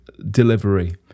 delivery